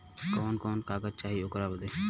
कवन कवन कागज चाही ओकर बदे?